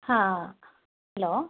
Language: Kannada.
ಹಾಂ ಹಲೋ